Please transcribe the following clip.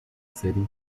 serem